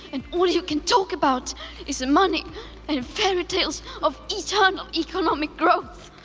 and all you can talk about is money and fairy tales of eternal economic growth.